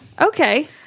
Okay